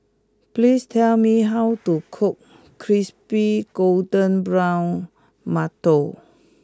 please tell me how to cook Crispy Golden Brown Mantou